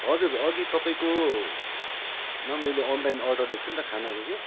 हजुर अघि तपाईँकोमा मैले अनलाइन अर्डर दिएको थिएँ नि त खानाको क्याउ